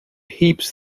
heaps